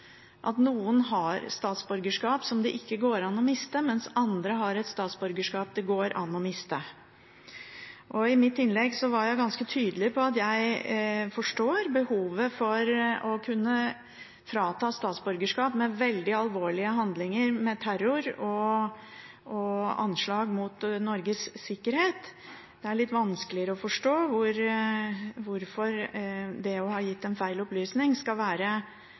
det ikke går an å miste, mens andre har et statsborgerskap det går an å miste. I mitt innlegg var jeg ganske tydelig på at jeg forstår behovet for å kunne frata statsborgerskap ved veldig alvorlige handlinger, ved terror og anslag mot Norges sikkerhet. Det er litt vanskeligere å forstå hvorfor det å ha gitt en feil opplysning skal være